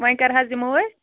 وۅنۍ کَر حظ یِمَو أسۍ